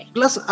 Plus